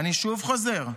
אני שוב חוזר,